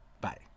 Bye